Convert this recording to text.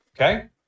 okay